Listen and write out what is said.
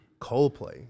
Coldplay